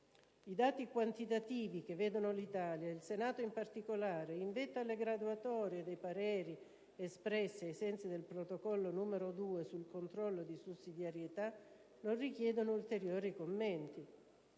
I dati quantitativi che vedono l'Italia, e il Senato in particolare, in vetta alle graduatorie dei pareri espressi ai sensi del Protocollo n. 2 sul controllo di sussidiarietà non richiedono ulteriori commenti.